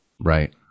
Right